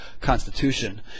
constitution